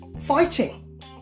fighting